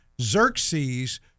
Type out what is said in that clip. Xerxes